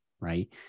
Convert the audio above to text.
right